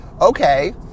Okay